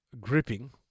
gripping